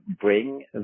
bring